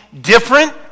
different